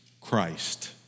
Christ